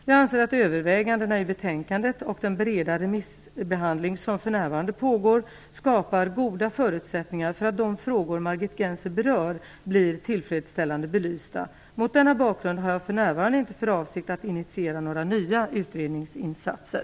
Jag anser att övervägandena i betänkandet och den breda remissbehandling som för närvarande pågår skapar goda förutsättningar för att de frågor Margit Gennser berör blir tillfredsställande belysta. Mot denna bakgrund har jag för närvarande inte för avsikt att initiera några nya utredningsinsatser.